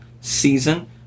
season